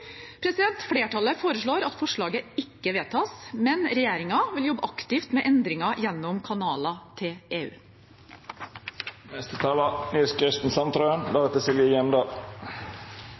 Flertallet foreslår at forslaget ikke vedtas, men regjeringen vil jobbe aktivt med endringer gjennom kanaler til